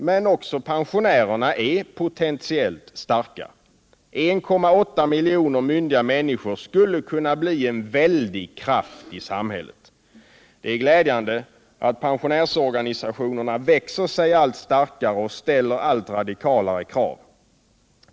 Men också pensionärerna är potentiellt starka. 1,8 miljoner myndiga människor skulle kunna bli en väldig kraft i samhället. Det är glädjande att pensionärsorganisationerna växer sig allt starkare och ställer allt radikalare krav.